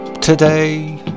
today